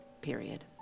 period